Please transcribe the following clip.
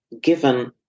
given